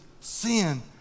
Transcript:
sin